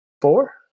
four